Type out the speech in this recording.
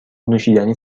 نوشیدنی